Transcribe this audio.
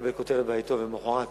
ולקבל כותרת בעיתון ולמחרת